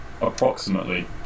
approximately